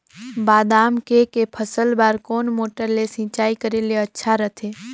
बादाम के के फसल बार कोन मोटर ले सिंचाई करे ले अच्छा रथे?